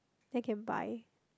then can buy